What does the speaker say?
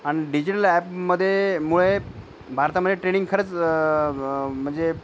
आणि डिजिटल ॲपमध्ये मुळे भारतामध्ये ट्रेनिंग खरंच म म्हणजे